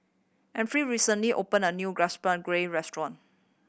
Efrem recently opened a new Gobchang Gui Restaurant